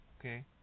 Okay